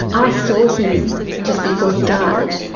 i saw him just before he died,